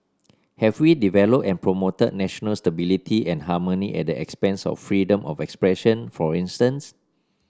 have we developed and promoted national stability and harmony at the expense of freedom of expression for instance